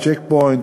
"צ'ק פוינט",